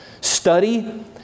study